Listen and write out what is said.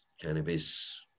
cannabis